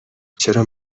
چرا